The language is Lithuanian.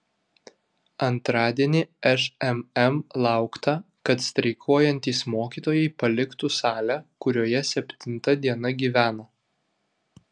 antradienį šmm laukta kad streikuojantys mokytojai paliktų salę kurioje septinta diena gyvena